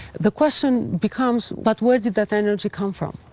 the question becomes, but where did that energy come from?